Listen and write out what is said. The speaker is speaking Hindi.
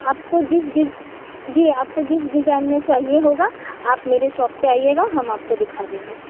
आपको जिस डी जी आपको जिस डिज़ाइन में चाहिए होगा आप मेरे शॉप पर आइएगा हम आपको दिखा देंगे